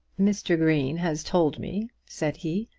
mr. green has told me, said he,